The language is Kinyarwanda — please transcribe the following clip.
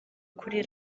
kuri